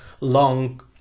Long